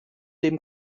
dem